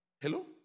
hello